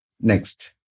Next